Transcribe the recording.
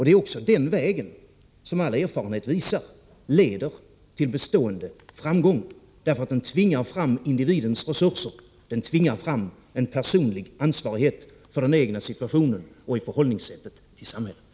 Det är också den vägen som enligt vad all erfarenhet visar leder till bestående framgång, därför att den tvingar fram individens resurser, den tvingar fram en personlig ansvarighet för den egna situationen och förhållningssättet till samhället.